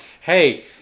Hey